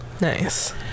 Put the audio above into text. Nice